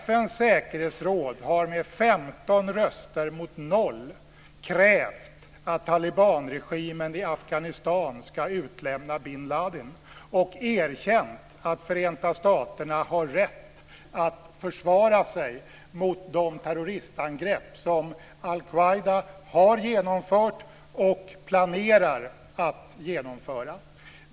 FN:s säkerhetsråd har med femton röster mot noll krävt att talibanregimen i Afghanistan ska utlämna bin Ladin och erkänt att Förenta staterna har rätt att försvara sig mot de terroristangrepp som al-Qaida har genomfört och planerar att genomföra.